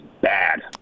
bad